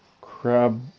Crab